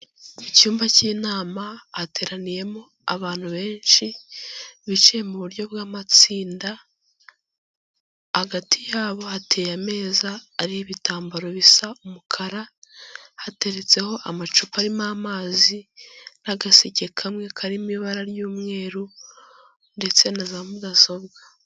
Icyumba cy'inama hateraniyemo abantu benshi, bicaye mu buryo bw'amatsinda, hagati yabo hateye ameza ariho ibitambaro bisa umukara, hateretseho amacupa arimo amazi n'agaseke kamwe karimo ibara ry'umweru ndetse na za mudasobwa.